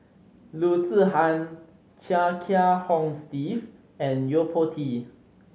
Loo Zihan Chia Kiah Hong Steve and Yo Po Tee